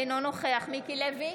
אינו נוכח מיקי לוי,